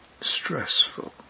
stressful